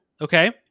okay